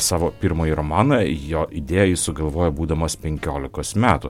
savo pirmąjį romaną jo idėją jis sugalvojo būdamas penkiolikos metų